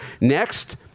next